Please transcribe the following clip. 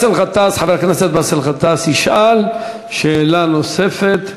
חבר הכנסת באסל גטאס ישאל שאלה נוספת.